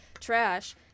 trash